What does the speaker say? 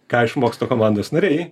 ką išmoksta komandos nariai